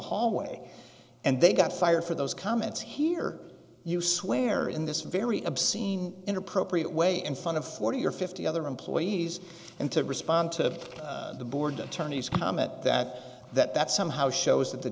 hallway and they got fired for those comments here you swear in this very obscene inappropriate way in front of forty or fifty other employees and to respond to the board attorney's comment that that somehow shows that the